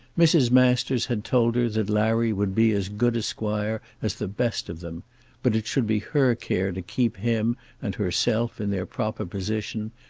mrs. masters had told her that larry would be as good a squire as the best of them but it should be her care to keep him and herself in their proper position,